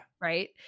right